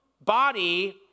body